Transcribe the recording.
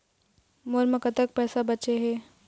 मोर म कतक पैसा बचे हे?